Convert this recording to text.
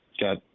got